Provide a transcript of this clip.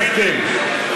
אדוני, נא לסכם.